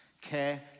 care